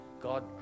God